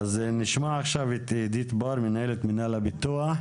אז נשמע עכשיו את אידית בר, מנהלת מינהל הפיתוח,